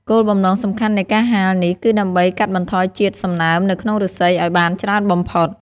គោលបំណងសំខាន់នៃការហាលនេះគឺដើម្បីកាត់បន្ថយជាតិសំណើមនៅក្នុងឫស្សីឲ្យបានច្រើនបំផុត។